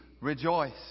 rejoice